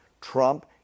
Trump